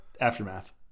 Aftermath